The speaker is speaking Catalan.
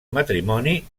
matrimoni